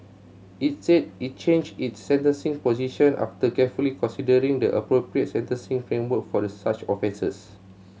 it said it changed its sentencing position after carefully considering the appropriate sentencing framework for such offences